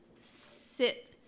sit